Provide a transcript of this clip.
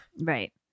Right